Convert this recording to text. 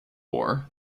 war